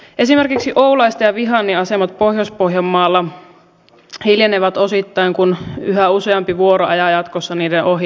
esimerkiksi oulaisten ja vihannin asemat pohjois pohjanmaalla hiljenevät osittain kun yhä useampi vuoro ajaa jatkossa niiden ohi